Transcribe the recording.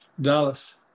Dallas